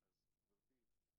אז גבירתי,